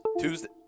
Tuesday